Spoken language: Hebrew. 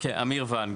אמיר ונג,